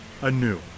anew